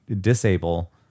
disable